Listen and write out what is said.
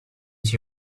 she